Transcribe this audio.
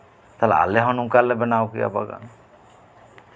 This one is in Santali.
ᱛᱟᱦᱞᱮ ᱟᱞᱮ ᱦᱚᱸ ᱱᱚᱝᱠᱟᱞᱮ ᱵᱮᱱᱟᱣ ᱠᱮᱭᱟ ᱵᱟᱜᱟᱱ